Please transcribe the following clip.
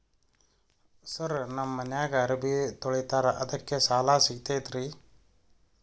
Sir ನಮ್ಮ ಮನ್ಯಾಗ ಅರಬಿ ತೊಳಿತಾರ ಅದಕ್ಕೆ ಸಾಲ ಸಿಗತೈತ ರಿ?